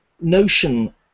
notion